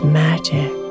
magic